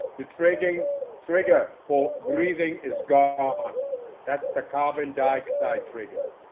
the trigging trigger for breathing is going on that's the carbon dioxide trigger